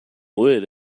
would